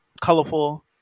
colorful